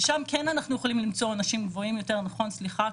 ששם אנחנו יכולים למצוא עונשים גבוהים יותר סליחה,